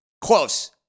Close